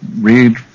read